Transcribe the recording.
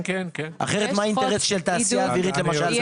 אחרת, מה האינטרס של התעשייה האווירית, למשל?